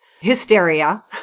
hysteria